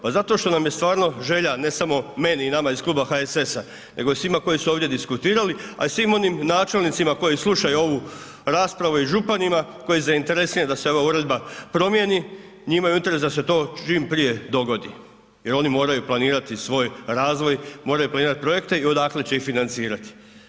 Pa zato što nam je stvarno želja, ne samo meni i nama iz Kluba HSS-a, nego svima koji su ovdje diskutirali, a i svim onim načelnicima koji slušaju ovu raspravu i županima koji su zainteresirani da se ova uredba promijeni, njima je u interesu da se to čim prije dogodi jer oni moraju planirati svoj razvoj, moraju planirati projekte i odakle će ih financirati.